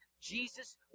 Jesus